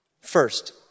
First